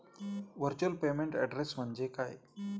Virtual payment address म्हणजे काय?